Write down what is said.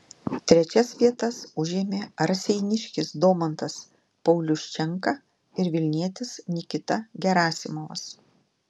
trečias vietas užėmė raseiniškis domantas pauliuščenka ir vilnietis nikita gerasimovas